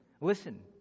Listen